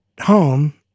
home